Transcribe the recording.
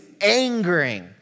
angering